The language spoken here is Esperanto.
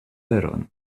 veron